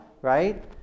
right